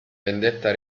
vendetta